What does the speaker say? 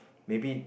maybe